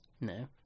No